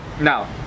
now